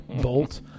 bolt